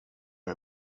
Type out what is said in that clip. jag